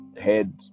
head